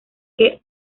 que